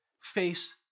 face